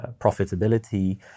profitability